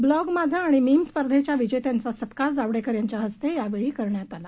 blog माझा आणि meme स्पर्धेच्या विजेत्यांचा सत्कार जावडेकर यांच्या हस्ते यावेळी करण्यात आला